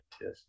Yes